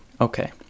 Okay